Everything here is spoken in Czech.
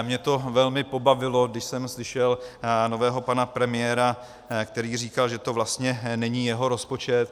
Mě to velmi pobavilo, když jsem slyšel nového pana premiéra, který říkal, že to vlastně není jeho rozpočet.